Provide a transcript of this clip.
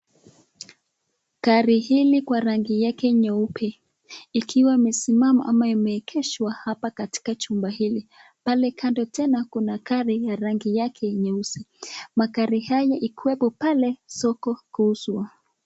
Gari hili kwa rangi yake nyeupe, ikiwa imesimama ama imeegeshwa hapa katika chumba hili. Pale kando tena kuna gari ya rangi yake nyeusi. Magari haya ikiwepo pale soko kuuzwa.